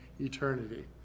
eternity